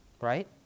Right